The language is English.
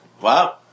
wow